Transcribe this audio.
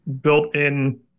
built-in